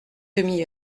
demi